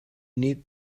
need